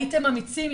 הייתם אמיצים,